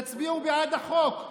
תצביעו בעד החוק.